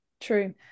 True